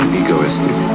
egoistic